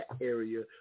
area